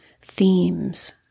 themes